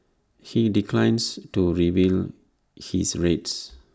he declines to reveal his rates